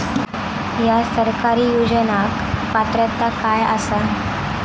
हया सरकारी योजनाक पात्रता काय आसा?